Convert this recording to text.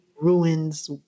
ruins